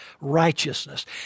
righteousness